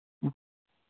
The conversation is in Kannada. ಹ್ಞೂ